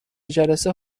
جلسه